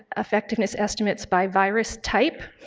effectiveness estimates by virus type,